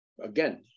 Again